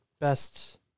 best